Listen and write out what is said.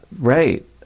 right